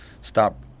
stop